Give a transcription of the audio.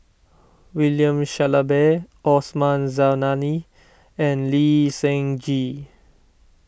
William Shellabear Osman Zailani and Lee Seng Gee